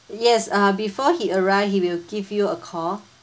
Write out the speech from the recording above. yes uh before he arrived he will give you a call